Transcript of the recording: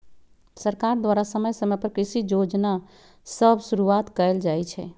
सरकार द्वारा समय समय पर कृषि जोजना सभ शुरुआत कएल जाइ छइ